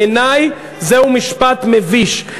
בעיני זהו משפט מביש,